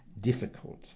difficult